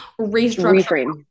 restructure